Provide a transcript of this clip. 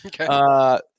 okay